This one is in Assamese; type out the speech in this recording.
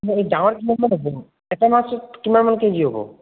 ডাঙৰ কিমানমান হ'ব এটা মাছত কিমানমান কেজি হ'ব